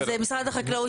אבל זה משרד החקלאות.